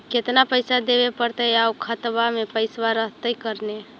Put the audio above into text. केतना पैसा देबे पड़तै आउ खातबा में पैसबा रहतै करने?